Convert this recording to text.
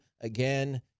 again